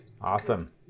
Awesome